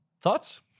Thoughts